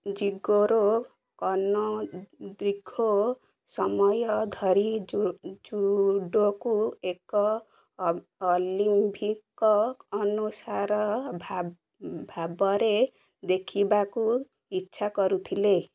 Jigoro Kano ଦୀର୍ଘ ସମୟ ଧରି ଜୁଡ଼ୋକୁ ଏକ ଅଲିମ୍ପିକ୍ ଅନୁଶାସନ ଭାବରେ ଦେଖିବାକୁ ଇଚ୍ଛା କରିଥିଲେ